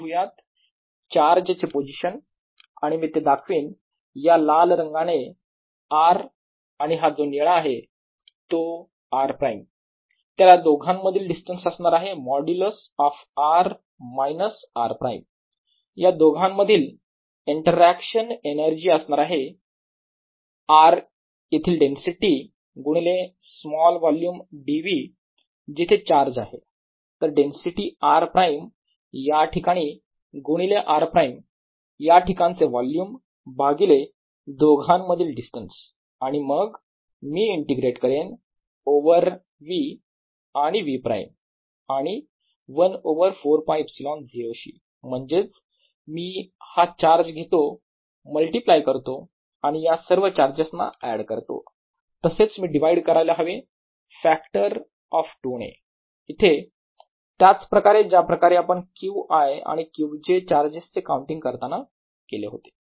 चला लिहूयात चार्ज चे पोझिशन आणि मी ते दाखवीन या लाल रंगाने r आणि हा जो निळा आहे तो r प्राईम तर या दोघांमधील डिस्टन्स असणार आहे modulus of r minus r prime या दोघांमधील इंटरॅक्शन एनर्जी असणार आहे r येथील डेन्सिटी गुणिले स्मॉल वोल्युम dv जिथे चार्ज आहे तर डेन्सिटी r प्राईम या ठिकाणी गुणिले r प्राईम या ठिकाणचे वोल्युम भागिले दोघांमधील डिस्टन्स आणि मग मी इंटिग्रेट करेन ओवर v आणि v प्राईम आणि 1 ओवर 4ㄫε0 शी म्हणजेच मी हा चार्ज घेतो मल्टिप्लाय करतो आणि या सर्व चार्जेस ना ऍड करतो तसेच मी डिवाइड करायला हवं फॅक्टर ऑफ 2 ने येथे त्याच प्रकारे ज्याप्रकारे आपण Qi आणि Qj चार्जेस चे काउंटिंग करताना केले होते